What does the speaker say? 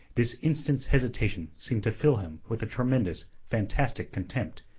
this instant's hesitation seemed to fill him with a tremendous, fantastic contempt,